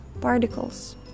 particles